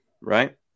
right